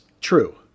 true